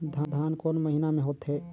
धान कोन महीना मे होथे?